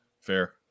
Fair